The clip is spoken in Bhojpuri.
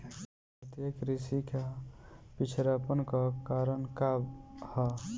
भारतीय कृषि क पिछड़ापन क कारण का ह?